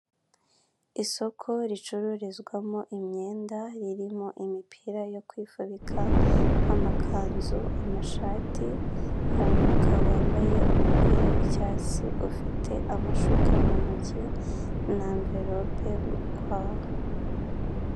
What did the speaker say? Isoko ricururizwamo imyenda ririmo imipira yo kwifubika, amakanzu, amashati, hari umugabo wambaye umupira w'icyatsi, ufite amashuka mu ntoki na amvirope mu kwaha.